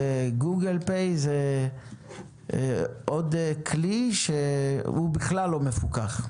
ו"גוגל פיי" זה עוד כלי שבכלל לא מפוקח.